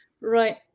Right